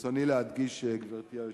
גברתי היושבת-ראש,